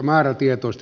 no hieman